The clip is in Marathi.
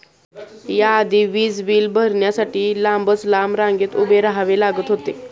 या आधी वीज बिल भरण्यासाठी लांबच लांब रांगेत उभे राहावे लागत होते